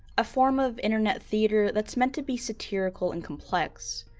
a form of internet theater that's meant to be satirical and complex.